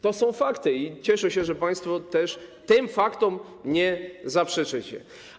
To są fakty i cieszę się, że państwo tym faktom nie zaprzeczycie.